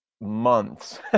months